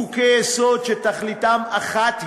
חוקי-יסוד שתכליתם אחת היא: